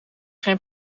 geen